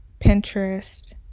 Pinterest